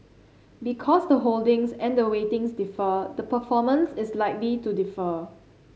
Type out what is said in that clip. because the holdings and the weightings differ the performance is likely to differ